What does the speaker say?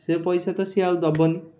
ସେ ପଇସା ତ ସିଏ ଆଉ ଦେବନି